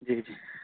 جی جی